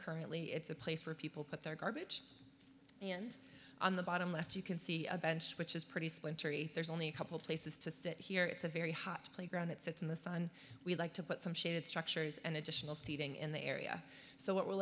currently it's a place where people put their garbage and on the bottom left you can see a bench which is pretty splintery there's only a couple places to sit here it's a very hot playground that sits in the sun we like to put some shade structures and additional seating in the area so what we're